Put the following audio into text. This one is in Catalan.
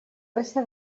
resta